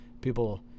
people